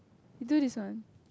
do this one